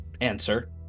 answer